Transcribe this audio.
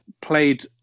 played